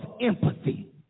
empathy